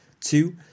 Two